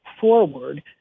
forward